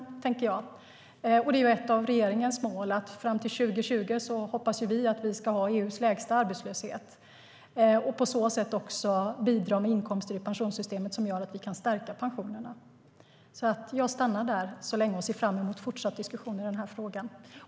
Det är ett av regeringens mål. Fram till 2020 hoppas vi att vi ska ha EU:s lägsta arbetslöshet och på så sätt bidra med inkomster i pensionssystemet som gör att vi kan stärka pensionerna. Jag stannar där och ser fram emot fortsatt diskussion om denna fråga.